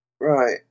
right